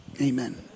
Amen